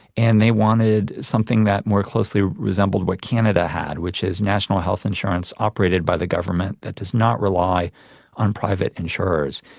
and they wanted something that more closely resembled what canada had, which is national health insurance operated by the government that does not rely on private insurers.